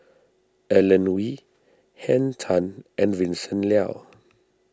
Alan Oei Henn Tan and Vincent Leow